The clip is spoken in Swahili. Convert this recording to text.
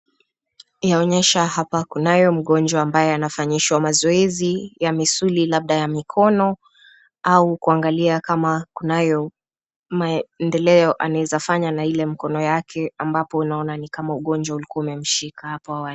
Inaonyesha hapa kunayo mgonjwa ambaye anafanyishwa mazoezi ya misuli labda ya mikono ,au kuangalia kama kunayo maendeleo anaeza fanya na Ile mkono yake ambapo unaona ni kama ugonjwa ulikua umemshika hapo awali.